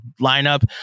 lineup